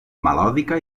melòdica